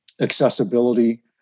accessibility